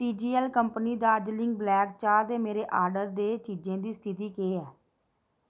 TGL company Darjeeling black चाह् दे मेरे आर्डर दी चीजें दी स्थिति केह् ऐ